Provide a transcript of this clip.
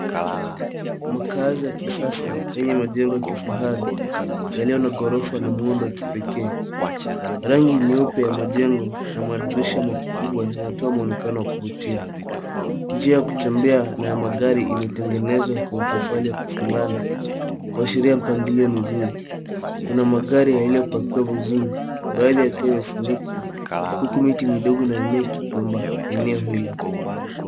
Makaazi ya kisasa, yenye majengo ya kifahari. Yaliyo na ghorofa na muundo wa kipekee. Rangi nyeupe ya majengo, na madirisha makubwa, yanatoa mwonekano wa kuvutia. Njia ya kutembea na ya magari imetengenezwa kwa matofali ya kufungana. Kuashiria mipangilio mizuri. Kuna magari yaliyopakiwa vizuri. Baadhi yakiwa yamefunikwa. Huku miti midogo na mimea ikipamba eneo hilo.